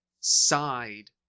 side